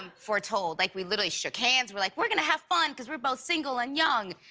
um fore told. like we literally shook hands. we're like we're going to have fun because we're both single and young,